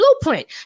blueprint